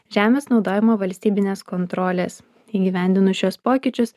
žemės naudojimo valstybinės kontrolės įgyvendinus šiuos pokyčius